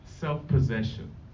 self-possession